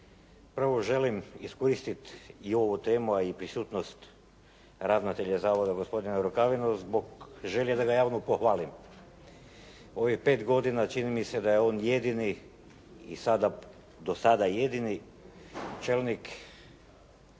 prvo želim iskoristiti i ovu temu, a i prisutnost ravnatelja zavoda gospodina Rukavinu, zbog želje da ga javno pohvalim. U ovih pet godina čini mi se da je on jedini i do sada jedini čelnik